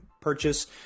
purchase